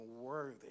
worthy